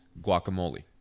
guacamole